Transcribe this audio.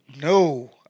No